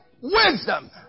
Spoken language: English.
wisdom